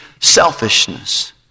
selfishness